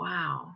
Wow